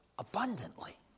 abundantly